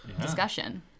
discussion